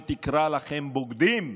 שתקרא לכם בוגדים.